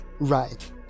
Right